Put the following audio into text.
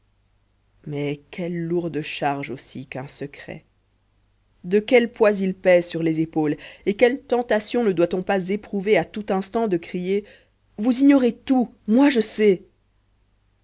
mais quelle lourde charge aussi qu'un secret de quel poids il pèse sur les épaules et quelle tentation ne doit-on pas éprouver à tout instant de crier vous ignorez tous moi je sais